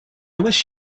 wish